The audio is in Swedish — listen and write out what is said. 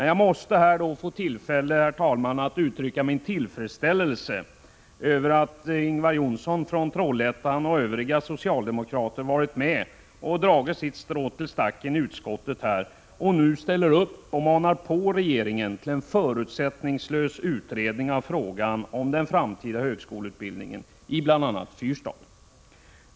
Jag måste dock, herr talman, här få uttrycka min tillfredsställelse över att Ingvar Johnsson från Trollhättan och övriga socialdemokrater dragit sitt strå till stacken i utskottet och nu ställer upp för att mana på regeringen till en förutsättningslös utredning av frågan om den framtida högskoleutbildningen i bl.a. Fyrstad.